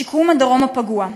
שיקום הדרום הפגוע,